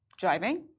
driving